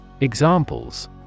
Examples